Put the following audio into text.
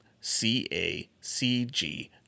C-A-C-G